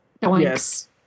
Yes